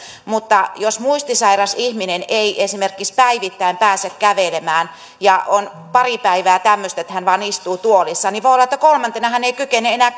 mutta jos muistisairas ihminen ei esimerkiksi päivittäin pääse kävelemään ja on pari päivää tämmöistä että hän vain istuu tuolissa niin voi olla että kolmantena hän ei kykene enää